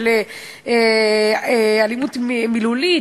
של אלימות מילולית,